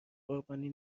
قربانی